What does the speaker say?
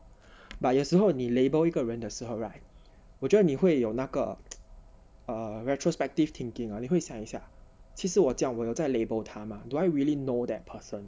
but 有时候你 label 一个人的时候 right 我觉得你会有那个 a retrospective thinking ah 你会想一想其实我这样我要在 label 他吗 do I really know that person